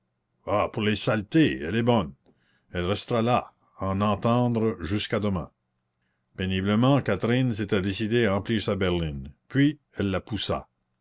ah pour les saletés elle est bonne elle resterait là à en entendre jusqu'à demain péniblement catherine s'était décidée à emplir sa berline puis elle la poussa